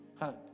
hand